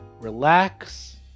relax